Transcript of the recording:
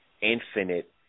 infinite